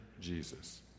Jesus